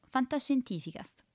Fantascientificast